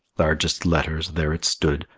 largest letters, there it stood,